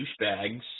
douchebags